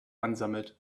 ansammelt